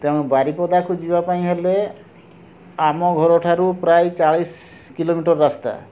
ତେଣୁ ବାରିପଦାକୁ ଯିବା ପାଇଁ ହେଲେ ଆମ ଘରଠାରୁ ପ୍ରାୟ ଚାଳିଶ କିଲୋମିଟର୍ ରାସ୍ତା